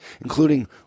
including